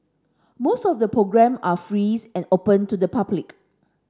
most of the programme are frees and open to the public